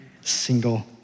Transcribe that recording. single